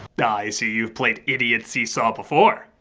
i see you've played idiot seesaw before.